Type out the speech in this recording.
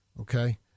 okay